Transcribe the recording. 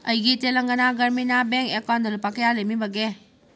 ꯑꯩꯒꯤ ꯇꯦꯂꯪꯒꯅꯥ ꯒ꯭ꯔꯃꯤꯅꯥ ꯕꯦꯡ ꯑꯦꯀꯥꯎꯟꯇ ꯂꯨꯄꯥ ꯀꯌꯥ ꯂꯦꯝꯃꯤꯕꯒꯦ